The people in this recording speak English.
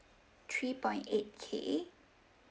three point eight K